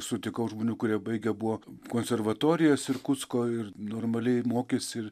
sutikau žmonių kurie baigę buvo konservatorijas irkutsko ir normaliai mokėsi ir